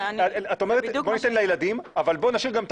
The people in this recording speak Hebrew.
את אומרת בוא ניתן לילדים אבל בוא נשאיר גם את